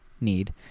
need